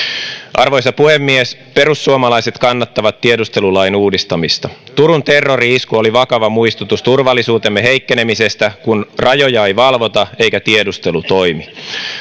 arvoisa puhemies perussuomalaiset kannattavat tiedustelulain uudistamista turun terrori isku oli vakava muistutus turvallisuutemme heikkenemisestä kun rajoja ei valvota eikä tiedustelu toimi